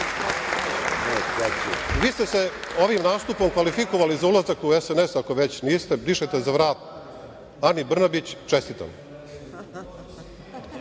ste se ovim nastupom kvalifikovali za ulazak u SNS, ako već niste, dišete za vrat Ani Brnabić. Čestitam. Vučić